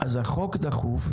אז החוק דחוף,